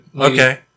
Okay